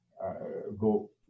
go